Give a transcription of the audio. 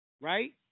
Right